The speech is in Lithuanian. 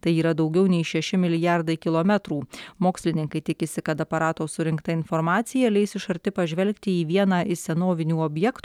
tai yra daugiau nei šeši milijardai kilometrų mokslininkai tikisi kad aparato surinkta informacija leis iš arti pažvelgti į vieną iš senovinių objektų